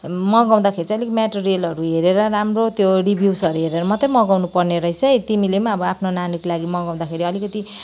मगाउँदाखेरि चाहिँ अलिक मटेरियलहरू हेरेर राम्रो त्यो रिभ्युजहरू हेरेर मात्रै मगाउनुपर्ने रहेछ है तिमीले पनि अब आफ्नो नानीको लागि मगाउँदाखेरि अलिकति